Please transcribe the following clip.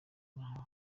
naho